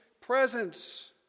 presence